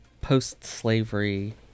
post-slavery